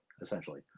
essentially